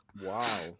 wow